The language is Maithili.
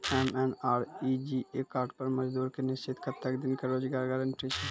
एम.एन.आर.ई.जी.ए कार्ड पर मजदुर के निश्चित कत्तेक दिन के रोजगार गारंटी छै?